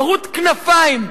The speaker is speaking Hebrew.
מרוט כנפיים.